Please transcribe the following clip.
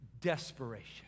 Desperation